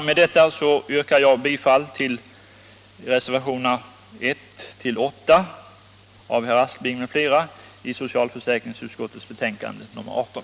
Med det sagda yrkar jag bifall till reservationerna 1-8 av herr Aspling m.fl. vid socialförsäkringsutskottets betänkande nr 18.